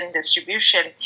distribution